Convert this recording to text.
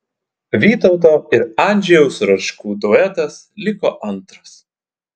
vytauto ir andžejaus račkų duetas liko antras